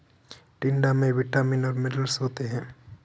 टिंडा में विटामिन्स और मिनरल्स होता है